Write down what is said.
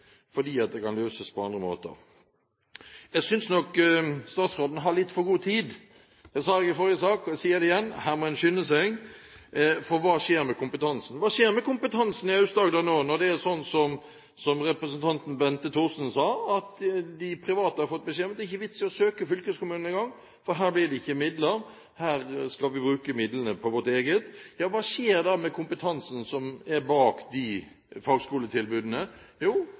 fordi det kan løses på andre måter. Jeg synes nok statsråden har litt for god tid. Det sa jeg i forrige sak, og jeg sier det igjen: Her må en skynde seg, for hva skjer med kompetansen? Hva skjer med kompetansen i Aust-Agder nå, når det er slik som representanten Bente Thorsen sa, at de private har fått beskjed om at det ikke engang er noen vits i å søke fylkeskommunen, for her blir det ikke midler, her skal vi bruke midlene på vårt eget. Ja, hva skjer da med kompetansen som er bak de fagskoletilbudene?